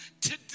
Today